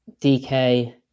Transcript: DK